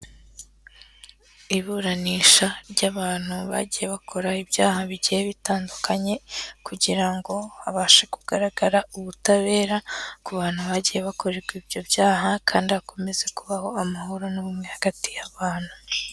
Iburanisha ry'abantu bagiye bakora ibyaha bigiye bitandukanye kugira ngo habashe kugaragara ubutabera ku bantu bagiye bakorerwa ibyo byaha kandi hakomeza kubaho amahoro n'ubumwe hagati y'abantu.